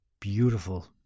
Beautiful